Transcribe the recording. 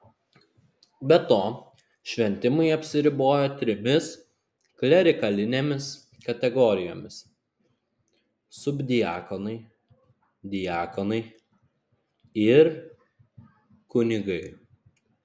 be to šventimai apsiribojo trimis klerikalinėmis kategorijomis subdiakonai diakonai ir kunigai